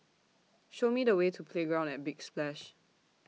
Show Me The Way to Playground At Big Splash